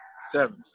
seven